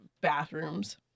bathrooms